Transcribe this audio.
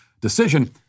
decision